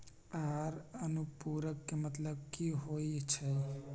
आहार अनुपूरक के मतलब की होइ छई?